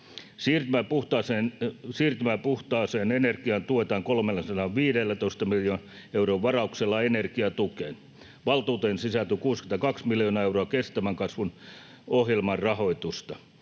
Siirtymää puhtaaseen energiaan tuetaan 315 miljoonan euron varauksella energiatukeen. Valtuuteen sisältyy 62 miljoonaa euroa kestävän kasvun ohjelman rahoitusta,